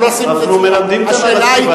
אנחנו מלמדים את הנרטיב.